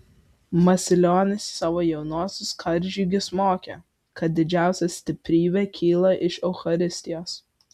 masilionis savo jaunuosius karžygius mokė kad didžiausia stiprybė kyla iš eucharistijos